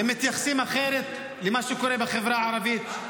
מתייחסים אחרת למה שקורה בחברה הערבית.